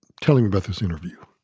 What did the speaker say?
tell him about this interview.